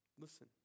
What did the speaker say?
Listen